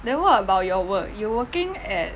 then what about your work you working at